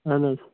اہَن حظ